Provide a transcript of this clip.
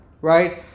right